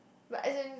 like as in